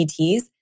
PTs